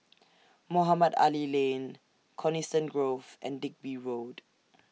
Mohamed Ali Lane Coniston Grove and Digby Road